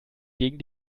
gegen